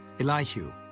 Elihu